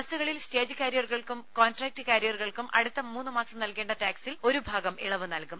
ബസുകളിൽ സ്റ്റേജ് കാരിയറുകൾക്കും കോൺട്രാക്ട് കാരിയറുകൾക്കും അടുത്ത മൂന്ന് മാസം നൽകേണ്ട ടാക്സിൽ ഒരു ഭാഗം ഇളവു നൽകും